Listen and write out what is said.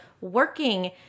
working